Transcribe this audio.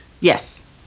Yes